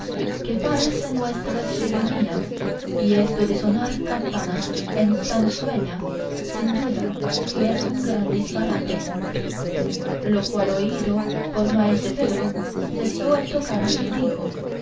que parecen nuestras chirimías y esto de sonar campanas en sansueña sin duda que es un gran disparate lo cual oído por maese pedro cesó el tocar y dijo